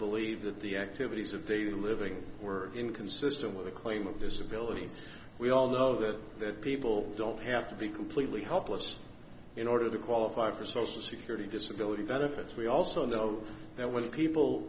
believe that the activities of daily living were inconsistent with the claim of disability we all know that people don't have to be completely helpless in order to qualify for social security disability benefits we also know that when people